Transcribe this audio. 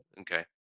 Okay